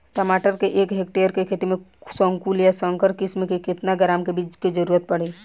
टमाटर के एक हेक्टेयर के खेती में संकुल आ संकर किश्म के केतना ग्राम के बीज के जरूरत पड़ी?